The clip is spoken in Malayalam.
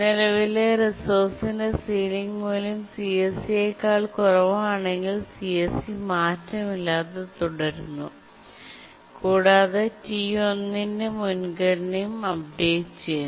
നിലവിലെ റിസോഴ്സിന്റെ സീലിംഗ് മൂല്യം CSCയേക്കാൾ കുറവാണെങ്കിൽ CSC മാറ്റമില്ലാതെ തുടരുന്നു കൂടാതെ T1 ന്റെ മുൻഗണനയും അപ്ഡേറ്റുചെയ്യുന്നു